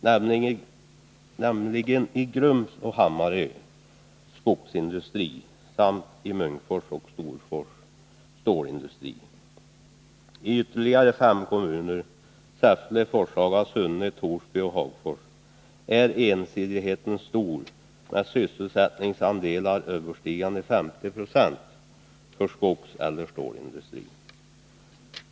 Det gäller Grums och Hammarö med skogsindustri samt Munkfors och Storfors med stålindustri. I ytterligare fem kommuner — Säffle, Forshaga, Sunne, Torsby och Hagfors — är ensidigheten stor, med sysselsättningsandelar överstigande 50 96 för skogseller stålindustri.